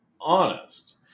honest